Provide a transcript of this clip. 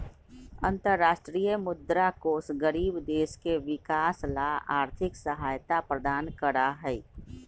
अन्तरराष्ट्रीय मुद्रा कोष गरीब देश के विकास ला आर्थिक सहायता प्रदान करा हई